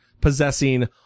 possessing